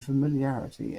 familiarity